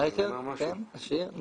רייכר, עשיר?